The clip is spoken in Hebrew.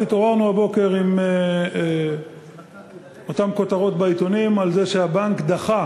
והתעוררנו הבוקר עם אותן כותרות בעיתונים על זה שהבנק דחה